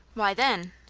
why, then